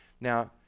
Now